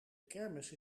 kermis